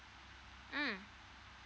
mm